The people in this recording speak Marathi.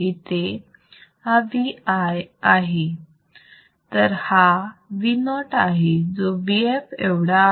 इथे हा VI आहे तर हा Vo आहे जो Vf एवढा आहे